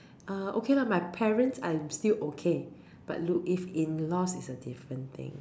err okay lah my parents I'm still okay but in- laws is a different thing